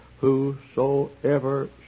whosoever